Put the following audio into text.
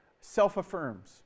self-affirms